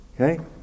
Okay